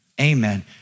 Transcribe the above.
Amen